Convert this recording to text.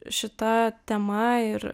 šita tema ir